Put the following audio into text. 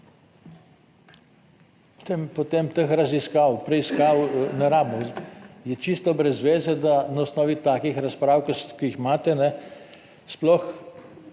potem teh raziskav, preiskav ne rabimo, je čisto brez veze, da na osnovi takih razprav, ki jih imate, sploh